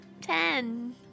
Ten